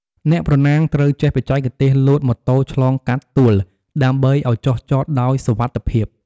អ្នកប្រណាំងត្រូវចេះបច្ចេកទេសលោតម៉ូតូឆ្លងកាត់ទួល ដើម្បីឲ្យចុះចតដោយសុវត្ថិភាព។